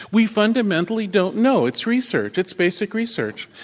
we fundamentally don't know. it's research. it's basic research.